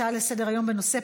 הצעה לסדר-היום מס' 10039,